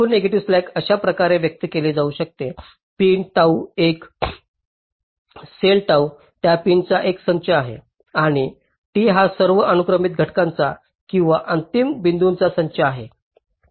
एकूण negative slack अशा प्रकारे व्यक्त केले जाऊ शकते पिन टॉ एक सेल टॉ च्या पिनचा एक संच आहे आणि T हा सर्व अनुक्रमिक घटकांचा किंवा अंतिम बिंदूंचा संच आहे